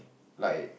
like